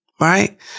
right